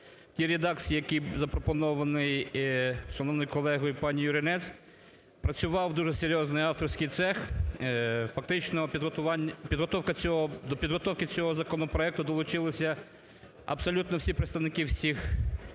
тій редакції, в якій запропонований шановною колегою пані Юринець. Працював дуже серйозний авторський цех, фактично до підготовки цього законопроекту долучилися абсолютно представники всіх